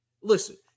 Listen